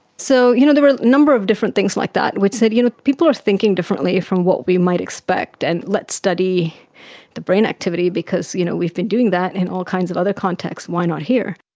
so you know there were a number of different things like that which said you know people are thinking differently from what we might expect and let's study the brain activity because you know we've been doing that in all kinds of other contexts, why not here?